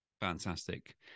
fantastic